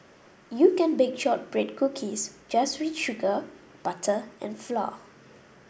you can bake shortbread cookies just with sugar butter and flour